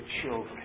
children